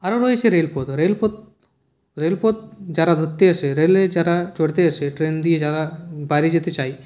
আরও রয়েছে রেলপথ রেলপথ রেলপথ যারা ধরতে এসে রেলে যারা চড়তে এসে ট্রেন দিয়ে যারা বাইরে যেতে চায়